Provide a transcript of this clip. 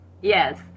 Yes